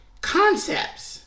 concepts